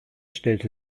stellte